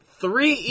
Three